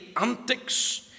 antics